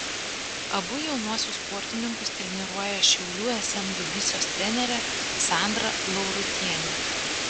abu jaunuosius sportininkus treniruoja šiaulių sm dubysos trenerė sandra laurutienė